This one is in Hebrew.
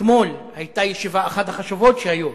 אתמול היתה ישיבה, אחת החשובות שהיו,